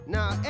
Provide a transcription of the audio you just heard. Now